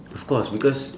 of course because